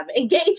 engage